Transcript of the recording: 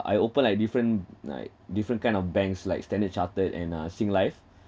I open like different like different kind of banks like Standard Chartered and uh Singlife